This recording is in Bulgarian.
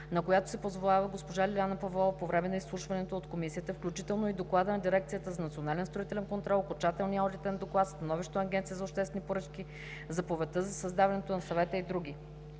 на която се позовава госпожа Лиляна Павлова по време на изслушването й от Комисията, включително и докладът на Дирекцията за национален строителен контрол, окончателният одитен доклад, становището на Агенцията за обществени поръчки, заповедта за създаването на съвета и други.